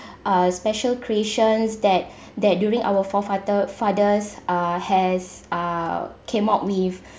a special creations that that during our forefather fathers uh has uh came up with